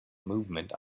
movement